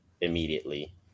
immediately